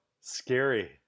scary